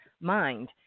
mind